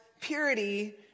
purity